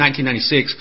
1996